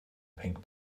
pink